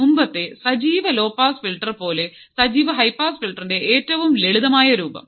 മുമ്പത്തെ സജീവ low pass filter പോലെ സജീവ ഹൈ പാസ് ഫിൽട്ടറിന്റെ ഏറ്റവും ലളിതമായ രൂപം